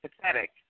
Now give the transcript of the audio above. pathetic